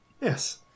Yes